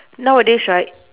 nowadays right